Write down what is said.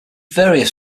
various